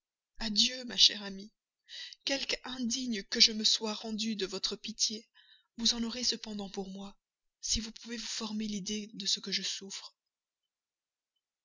adieu ma chère amie quelque indigne que je me sois rendue de toute pitié vous en aurez cependant pour moi si vous pouvez vous former l'idée de ce que je souffre